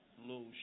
Little